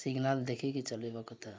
signal ଦେଖିକି ଚଲେଇବା କଥା